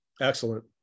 Excellent